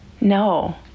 No